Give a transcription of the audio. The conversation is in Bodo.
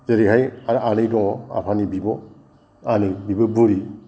जेरैहाय आरो आनै दङ आफानि बिब' आनै बिबो बुरि